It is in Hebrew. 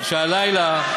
שהלילה,